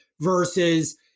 versus